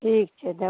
ठीक छै देब